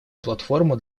платформу